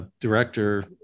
director